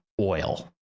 oil